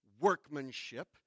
workmanship